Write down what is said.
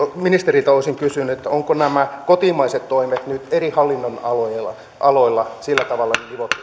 ministeriltä olisin kysynyt onko nämä kotimaiset toimet nyt eri hallinnonaloilla sillä tavalla nivottu yhteen että